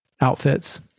outfits